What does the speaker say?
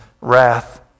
wrath